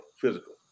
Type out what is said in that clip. physical